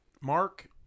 Mark